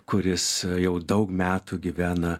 kuris jau daug metų gyvena